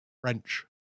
French